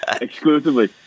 Exclusively